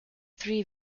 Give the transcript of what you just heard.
three